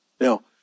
Now